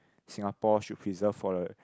Singapore should preserve for the